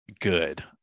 good